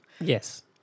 Yes